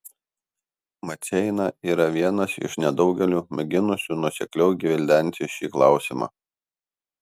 maceina yra vienas iš nedaugelio mėginusių nuosekliau gvildenti šį klausimą